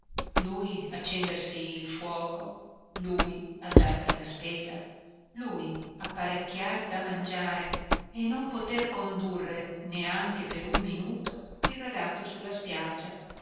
lui accendersi il fuoco lui andar per la spesa lui apparecchiar da mangiare e non poter condurre neanche per un minuto il ragazzo sulla spiaggia